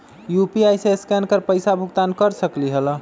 UPI से scan कर पईसा भुगतान कर सकलीहल?